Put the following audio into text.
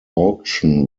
auction